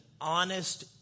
honest